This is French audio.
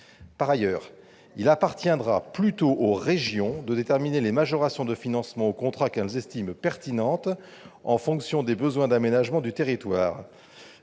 Par ailleurs, il appartiendra plutôt aux régions de déterminer les majorations du financement au contrat qu'elles estiment pertinentes en fonction de besoins d'aménagement du territoire